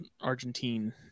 Argentine